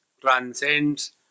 transcends